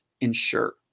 ensure